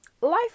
life